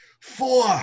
four